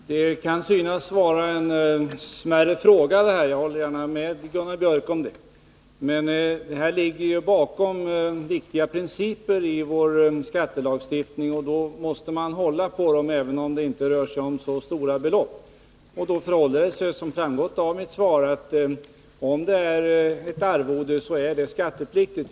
Herr talman! Detta kan synas vara en smärre fråga, det håller jag gärna med Gunnar Biörck om. Men bakom det hela ligger viktiga principer i vår skattelagstiftning, och vi måste hålla på dem även om det inte rör sig om så stora belopp. Såsom framgår av mitt svar förhåller det sig på det sättet att ett arvode, om sådant utgår, är skattepliktigt.